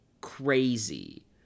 crazy